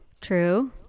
True